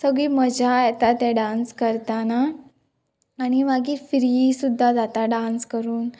सगळीं मजा येता ते डांस करतना आणी मागीर फ्री सुद्दां जाता डांस करून